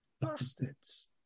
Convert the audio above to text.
Bastards